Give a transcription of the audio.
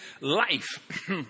life